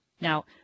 Now